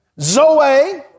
zoe